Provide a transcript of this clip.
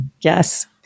Yes